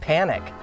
Panic